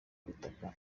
gutaka